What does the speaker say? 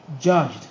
judged